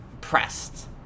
pressed